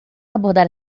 abordar